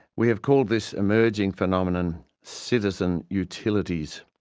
we have called this emerging phenomenon citizen utilities.